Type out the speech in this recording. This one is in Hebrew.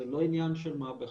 זה לא עניין של מה בכך.